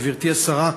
גברתי השרה,